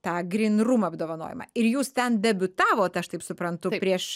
tą grynrum apdovanojimą ir jūs ten debiutavot aš taip suprantu prieš